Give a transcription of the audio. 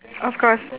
of course